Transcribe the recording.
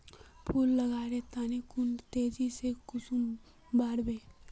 फुल लगवार तने कुंडा तेजी से कुंसम बार वे?